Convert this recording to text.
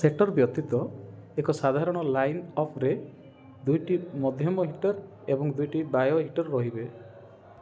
setter ବ୍ୟତୀତ ଏକ ସାଧାରଣ ଲାଇନଅଫ୍ରେ ଦୁଇଟି ମଧ୍ୟମ ହିଟର୍ ଏବଂ ଦୁଇଟି ବାହ୍ୟ ହିଟର୍ ରହିବେ